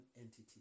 entity